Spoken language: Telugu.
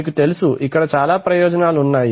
మీకు తెలుసు ఇక్కడ చాలా ప్రయోజనాలు ఉన్నాయి